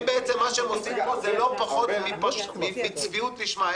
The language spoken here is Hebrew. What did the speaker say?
מה שהם עושים זה לא פחות מצביעות לשמה.